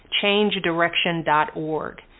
changedirection.org